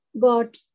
got